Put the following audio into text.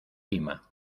lima